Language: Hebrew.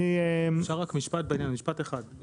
משפט אחד בעניין.